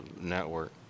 Network